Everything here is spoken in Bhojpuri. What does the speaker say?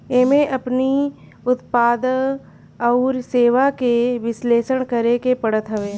एमे अपनी उत्पाद अउरी सेवा के विश्लेषण करेके पड़त हवे